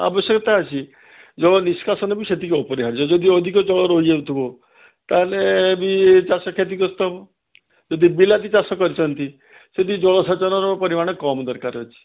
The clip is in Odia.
ଆବଶ୍ୟକତା ଅଛି ଜଳ ନିଷ୍କାସନର ବି ସେତିକି ଅପରିହାର୍ଯ୍ୟ ଯଦି ଅଧିକ ଜଳ ରହିଯାଉଥିବ ତାହେଲେ ବି ଚାଷ କ୍ଷତିଗ୍ରସ୍ତ ହେବ ଯଦି ବିଲାତି ଚାଷ କରିଛନ୍ତି ସେଠି ଜଳସେଚନର ପରିମାଣ କମ୍ ଦରକାର ଅଛି